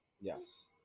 Yes